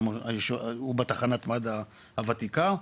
הוא בתחנת מד"א הוותיקה,